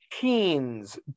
teens